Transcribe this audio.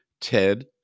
Ted